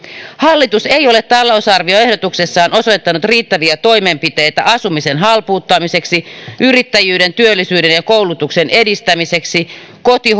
hallitus ei ole talousarvioehdotuksessaan osoittanut riittäviä toimenpiteitä asumisen halpuuttamiseksi yrittäjyyden työllisyyden ja koulutuksen edistämiseksi koti